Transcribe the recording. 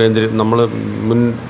കേന്ദ്രി നമ്മൾ മുൻ